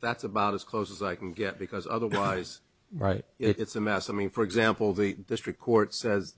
that's about as close as i can get because otherwise right it's a mass i mean for example the district court says